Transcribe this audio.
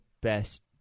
best